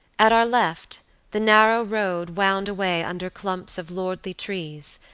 at our left the narrow road wound away under clumps of lordly trees,